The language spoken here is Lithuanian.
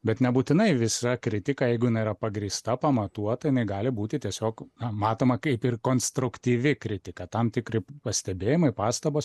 bet nebūtinai visa kritika jeigu jinai yra pagrįsta pamatuota jinai gali būti tiesiog matoma kaip ir konstruktyvi kritika tam tikri pastebėjimai pastabos